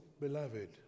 beloved